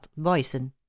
Boysen